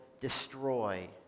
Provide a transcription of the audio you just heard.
destroy